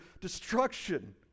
destruction